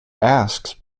asks